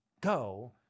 go